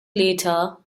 later